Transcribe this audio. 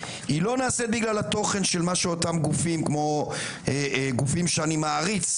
היא לא נעשית בגלל התוכן של מה שאותם גופים כמו גופים שאני מעריץ,